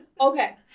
Okay